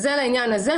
זה לעניין הזה.